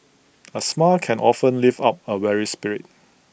A smile can often lift up A weary spirit